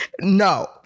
No